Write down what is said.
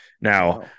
Now